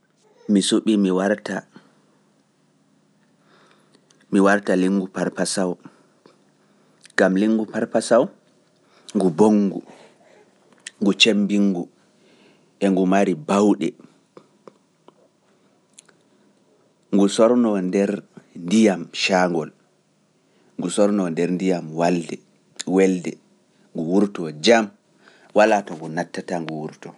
Mi suɓi, mi warta lingu Parpasaw, gam lingu Parpasaw ngu bonngu, ngu cembingu, e ngu mari bawɗe, ngu sorno nder ndiyam caangol, ngu sorno nder ndiyam welde, ngu wurtoo jam, walaa to ngu nattata ngu wurtoo.